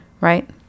right